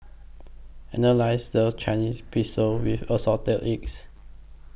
Annalise loves Chinese Pistol with Assorted Eggs